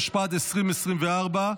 התשפ"ד 2024,